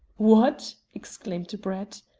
what! exclaimed brett.